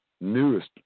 newest